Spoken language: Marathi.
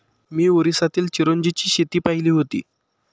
मी ओरिसातील चिरोंजीची शेती पाहिली होती